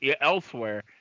elsewhere